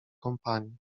kompanii